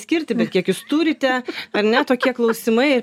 skirti kiek jūs turite ar ne tokie klausimai